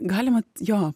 galima jo